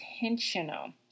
intentional